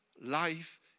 life